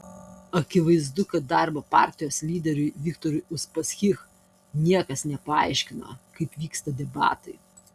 akivaizdu kad darbo partijos lyderiui viktorui uspaskich niekas nepaaiškino kaip vyksta debatai